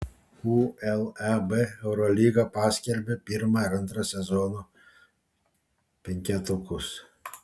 uleb eurolyga paskelbė pirmą ir antrą sezono penketukus